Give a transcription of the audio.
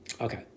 Okay